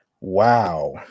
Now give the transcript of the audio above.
Wow